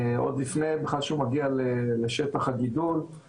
עוד לפני שהוא בכלל מגיע לשטח הגידול,